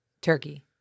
turkey